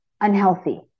unhealthy